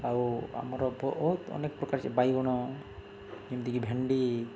ଆଉ ଆମର ବହୁତ ଅନେକ ପ୍ରକାର ବାଇଗଣ ଯେମିତିକି ଭେଣ୍ଡି